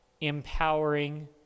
empowering